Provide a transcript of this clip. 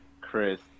Chris